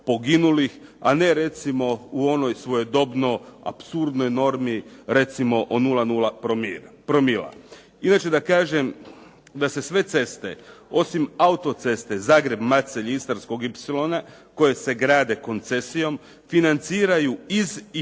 a ne recimo u ovoj svojedobno apsurdnoj normi, recimo o 0,0 promila. Inače da kažem da se sve ceste osim autoceste Zagreb-Macelj i Istarskog ipsilona koje se grade koncesijom financiraju iz i preko